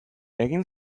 egin